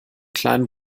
kleinen